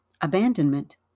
abandonment